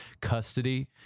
custody